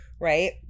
Right